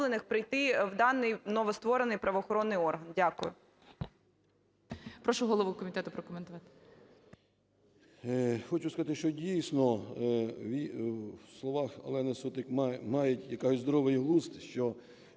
Прошу голову комітету прокоментувати.